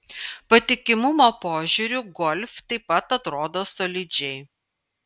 patikimumo požiūriu golf taip pat atrodo solidžiai